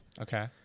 Okay